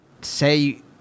say